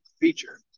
feature